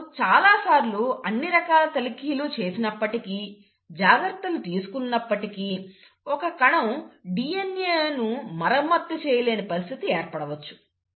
ఇప్పుడు చాలాసార్లు అన్ని రకాల తనిఖీలు చేసినప్పటికీ జాగ్రత్తలు తీసుకున్నప్పటికీ ఒక కణం DNAను మరమ్మతు చేయలేని పరిస్థితి ఏర్పడవచ్చు